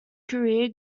career